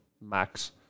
max